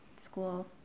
school